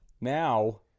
now